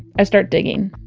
i start digging.